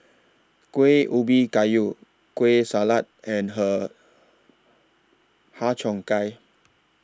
Kueh Ubi Kayu Kueh Salat and Har Cheong Gai